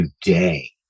today